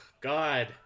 God